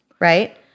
Right